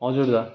हजुर दादा